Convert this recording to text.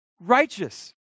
righteous